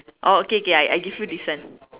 orh okay k I I give you this one